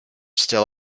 still